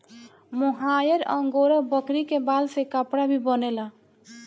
मोहायर angora बकरी के बाल से कपड़ा भी बनेला